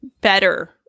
better